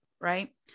right